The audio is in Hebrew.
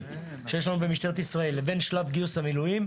הקיימים שיש לנו במשטרת ישראל לבין שלב גיוס המילואים,